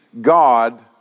God